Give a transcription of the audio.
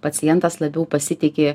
pacientas labiau pasitiki